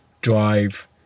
drive